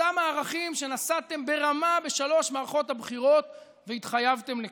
אותם ערכים שנשאתם ברמה בשלוש מערכות הבחירות והתחייבתם לקדם.